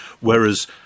whereas